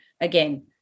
again